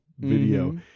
video